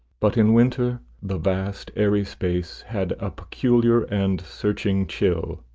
but in winter the vast airy space had a peculiar and searching chill.